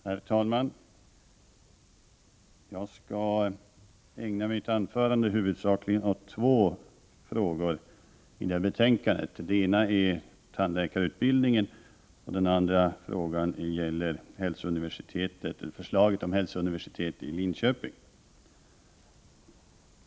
Herr talman! Jag skall ägna mitt anförande huvudsakligen åt två frågor i betänkandet 27. Den ena är tandläkarutbildningen och den andra förslaget att starta ett hälsouniversitet i Linköping.